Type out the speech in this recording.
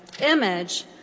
image